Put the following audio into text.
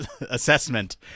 assessment